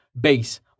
base